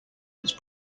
its